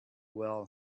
well